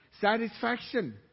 satisfaction